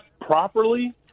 properly